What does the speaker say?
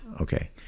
Okay